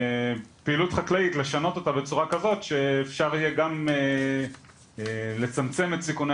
ופעילות חקלאית לשנות אותה בצורה כזאת שאפשר יהיה גם לצמצם את סיכוני